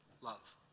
love